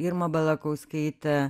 irma balakauskaite